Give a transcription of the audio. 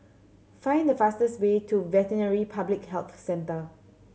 find the fastest way to Veterinary Public Health Centre